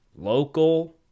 local